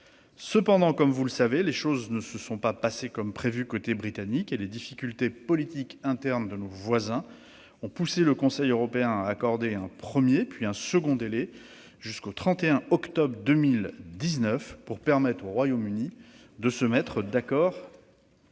Néanmoins, vous le savez, les choses ne se sont pas passées, du côté britannique, comme prévu et les difficultés politiques internes de nos voisins ont poussé le Conseil européen à accorder un premier délai, puis un second courant jusqu'au 31 octobre 2019, pour permettre au Royaume-Uni de se mettre d'accord